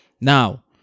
now